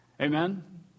Amen